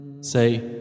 Say